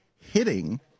hitting